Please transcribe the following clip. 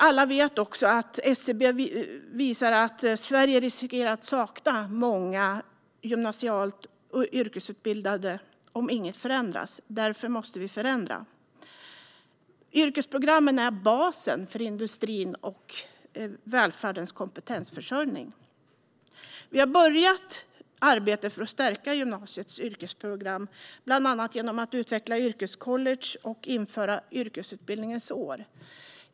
Statistik från SCB visar att Sverige kommer att sakna många gymnasialt yrkesutbildade om inget förändras. Därför måste vi förändra. Yrkesprogrammen är basen för industrins och välfärdens kompetensförsörjning. Vi har börjat arbetet med att stärka gymnasiets yrkesprogram, bland annat genom att utveckla yrkescollege och införa yrkesutbildningens år.